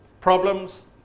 problems